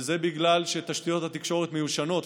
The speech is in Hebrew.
וזה בגלל שתשתיות התקשורת מיושנות,